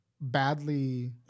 badly